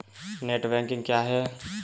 Net banking क्या है?